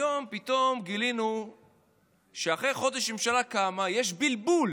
היום פתאום גילינו שחודש אחרי שהממשלה קמה יש בלבול